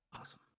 Awesome